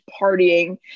partying